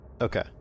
Okay